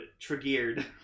triggered